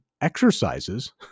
exercises